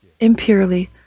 impurely